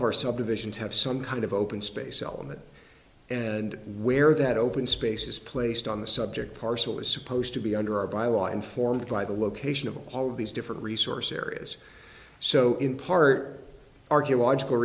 of our subdivisions have some kind of open space element and where that open space is placed on the subject parcel is supposed to be under our bylaws informed by the location of all of these different resource areas so in part archaeological